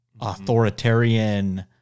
authoritarian